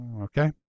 Okay